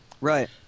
right